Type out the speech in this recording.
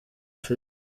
felix